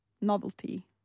novelty